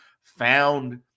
found